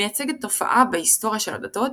מייצגת תופעה בהיסטוריה של הדתות,